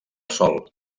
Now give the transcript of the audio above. sol